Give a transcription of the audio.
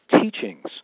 teachings